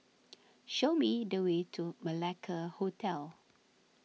show me the way to Malacca Hotel